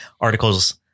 articles